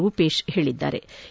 ರೂಪೇಶ್ ಹೇಳದ್ದಾರೆ